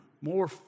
more